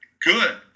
good